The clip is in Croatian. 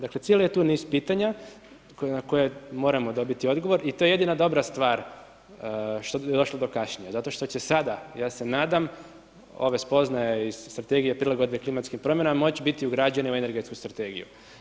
Dakle cijeli je tu niz pitanja na koje moramo dobiti odgovor i to je jedina dobra stvar što bi došlo do kašnjenja zato što će sada ja se nadam ove spoznaje iz Strategije prilagodbe klimatskim promjenama moći biti ugrađene u energetsku strategiju.